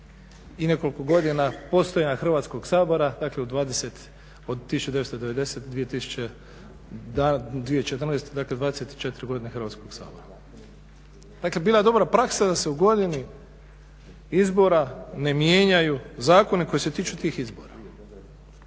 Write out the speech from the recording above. i nekoliko godina postojanja Hrvatskog sabora, dakle u 20, od 1990. do 2014., dakle 24 godine Hrvatskog sabora. Dakle, bila je dobra praksa da se u godini izbora ne mijenjaju zakoni koji se tiču tih izbora.